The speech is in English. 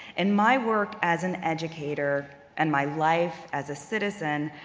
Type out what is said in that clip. in my work as an educator and my life as a citizen,